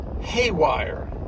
haywire